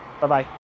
Bye-bye